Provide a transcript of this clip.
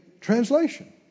translation